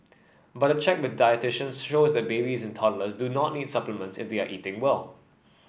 but a check with dietitians shows that babies and toddlers do not need supplements if we are eating well